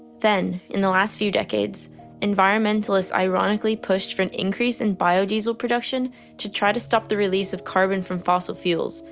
then in the last few decades environmentalists ironically pushed for an increase in biodiesel production to try to stop the release of carbon from fossil fuels,